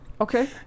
Okay